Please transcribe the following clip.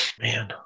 Man